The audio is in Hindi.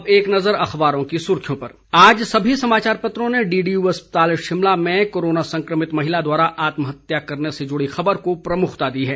अब एक नज़र अखबारों की सुर्खियों पर आज सभी समाचार पत्रों ने डीडीयू अस्पताल शिमला में कोरोना संक्रमित महिला द्वारा आत्महत्या करने से जुड़ी खबर को प्रमुखता दी है